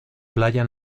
playa